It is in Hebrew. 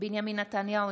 בנימין נתניהו,